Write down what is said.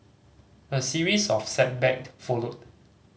a series of setback followed